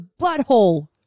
butthole